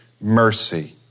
mercy